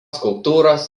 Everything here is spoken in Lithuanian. skulptūros